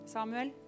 Samuel